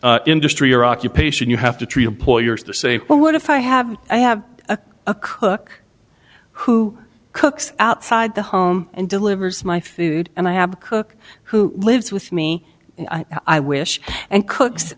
industry or occupation you have to treat employers the same but what if i have i have a cook who cooks outside the home and delivers my food and i have a cook who lives with me i wish and cooks